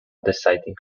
deciding